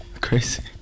Crazy